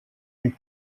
une